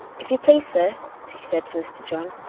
if you please, sir she said to mr. john,